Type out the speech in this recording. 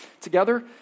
together